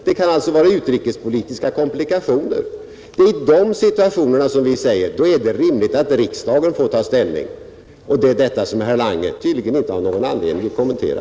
Det kan alltså vara utrikespolitiska komplikationer. Det är i dessa situationer som vi menar att det är rimligt att riksdagen får ta ställning, och det är detta som herr Lange tydligen inte har någon anledning att kommentera.